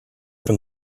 from